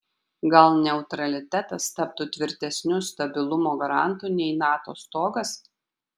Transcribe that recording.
gal neutralitetas taptų tvirtesniu stabilumo garantu nei nato stogas